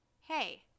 hey